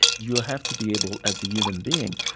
you have to be able, as a human being,